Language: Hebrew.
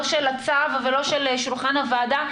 לא של הצו ולא של שולחן הוועדה,